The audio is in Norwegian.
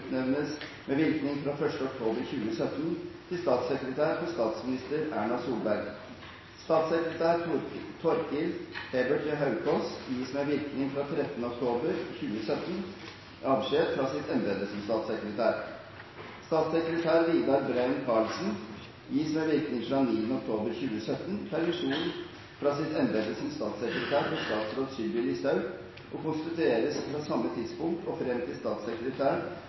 med virkning fra 1. oktober 2017 til statssekretær for statsminister Erna Solberg. Statssekretær Torkild Hebbert Haukaas gis med virkning fra 13. oktober 2017 avskjed fra sitt embete som statssekretær. Statssekretær Vidar Brein-Karlsen gis med virkning fra 9. oktober 2017 permisjon fra sitt embete som statssekretær for statsråd Sylvi Listhaug, og konstitueres fra samme tidspunkt og